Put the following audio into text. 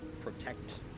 protect